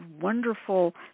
wonderful